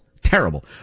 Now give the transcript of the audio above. Terrible